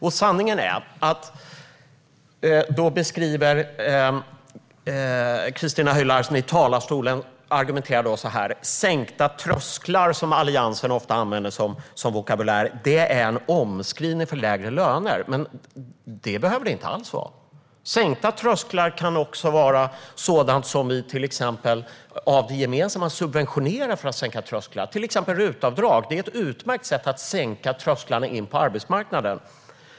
Christina Höj Larsen säger i talarstolen att sänkta trösklar, som Alliansen ofta använder som vokabulär, är en omskrivning för lägre löner, men det behöver det inte alls vara. Det kan också handla om sådant som vi från det gemensamma subventionerar för att sänka trösklar, till exempel RUT-avdrag. Det är ett utmärkt sätt att sänka trösklarna till arbetsmarknaden.